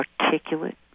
articulate